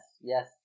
yes